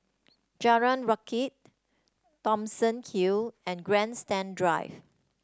Jalan Rakit Thomson Hill and Grandstand Drive